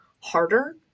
harder